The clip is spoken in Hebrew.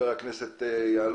יש לי